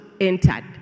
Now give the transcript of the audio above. entered